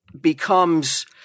becomes